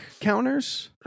counters